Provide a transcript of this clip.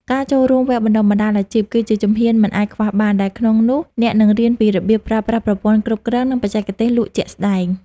ការចូលរួម "វគ្គបណ្ដុះបណ្ដាលអាជីព" គឺជាជំហានមិនអាចខ្វះបាន ដែលក្នុងនោះអ្នកនឹងរៀនពីរបៀបប្រើប្រាស់ប្រព័ន្ធគ្រប់គ្រង និងបច្ចេកទេសលក់ជាក់ស្ដែង។